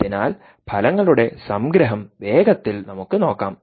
അതിനാൽ ഫലങ്ങളുടെ സംഗ്രഹം വേഗത്തിൽ നമുക്ക് നോക്കാം